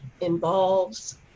involves